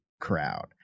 crowd